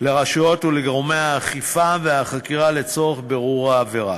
לרשויות ולגורמי האכיפה והחקירה לצורך בירור העבירה.